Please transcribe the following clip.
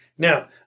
Now